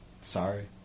sorry